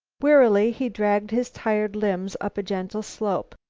wearily he dragged his tired limbs up a gentle slope.